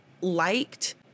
liked